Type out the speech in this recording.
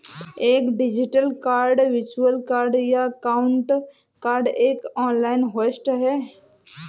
एक digital card virtual card या cloud card एक ऑनलाइन होस्ट है